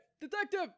detective